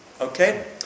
Okay